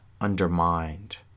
undermined